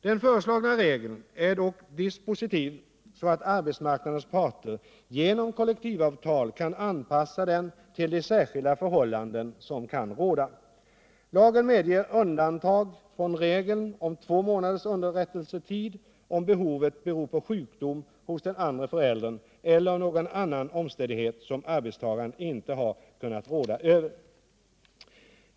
Den föreslagna regeln är dock dispositiv så att arbetsmarknadens parter genom kollektivavtal kan anpassa den till de särskilda förhållanden som kan råda. Lagen medger undantag från regeln om två månaders underrättelsetid om behovet beror på sjukdom hos den andra föräldern eller på någon annan omständighet som arbetstagaren inte har kunnat råda Över.